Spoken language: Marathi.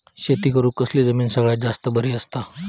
शेती करुक कसली जमीन सगळ्यात जास्त बरी असता?